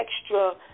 extra